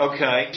Okay